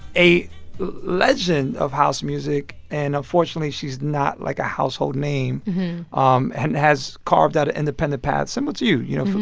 a legend of house music. and unfortunately she's not, like, a household name um and has carved out an ah independent path, similar to you. you know,